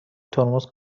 ترمز